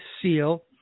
seal